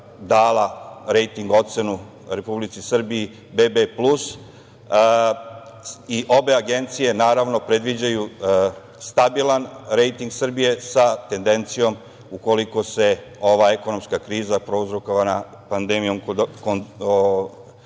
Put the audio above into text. dala rejting ocenu Republici Srbiji BB+. Obe agencije, naravno, predviđaju stabilan rejting Srbije sa tendencijom, ukoliko se ova ekonomska kriza prouzrokovana pandemijom